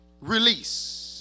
release